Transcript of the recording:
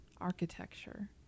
architecture